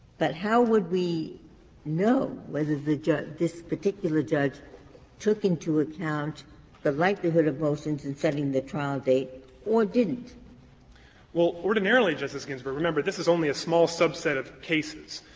but how would we know whether the judge this particular judge took into account the likelihood of motions in setting the trial date or didn't? fisher well, ordinarily, justice ginsburg remember, this is only a small subset of cases.